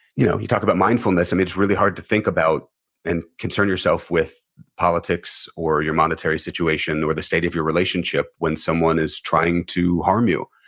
you know, you talk about mindfulness, um it's really hard to think about and concern yourself with politics or your monetary situation, or the state of your relationship when someone is trying to harm you.